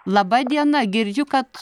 laba diena girdžiu kad